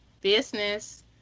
business